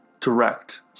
direct